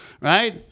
Right